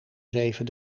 zeven